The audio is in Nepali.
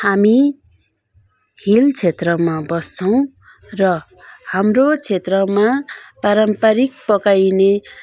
हामी हिल क्षेत्रमा बस्छौँ र हाम्रो क्षेत्रमा पारम्पारिक पकाइने